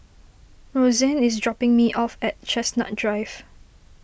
Roxanne is dropping me off at Chestnut Drive